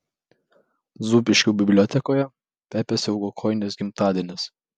zūbiškių bibliotekoje pepės ilgakojinės gimtadienis